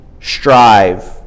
strive